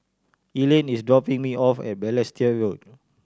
Elaina is dropping me off at Balestier Road